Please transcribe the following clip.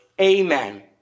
Amen